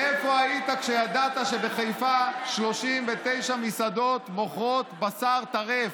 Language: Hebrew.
איפה היית כשידעת שבחיפה 39 מסעדות מוכרות בשר טרף?